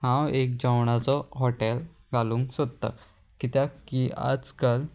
हांव एक जेवणाचो हॉटेल घालूंक सोदतां कित्याक की आज काल